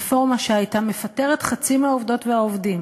רפורמה שהייתה מפטרת חצי מהעובדות והעובדים